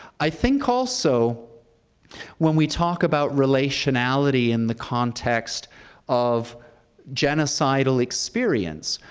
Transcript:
i think also when we talk about relationality in the context of genocidal experience,